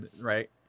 right